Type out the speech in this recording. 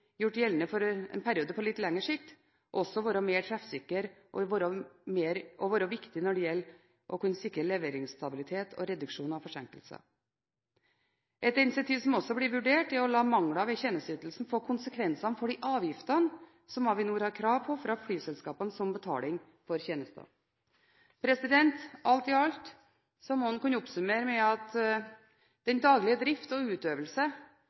sikre leveringsstabilitet og reduksjon av forsinkelser. Et insentiv som også blir vurdert, er å la mangler ved tjenesteytelsen få konsekvenser for de avgiftene som Avinor har krav på fra flyselskapene som betaling for tjenestene. Alt i alt må man kunne oppsummere med at den daglige drift og utøvelse